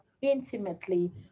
intimately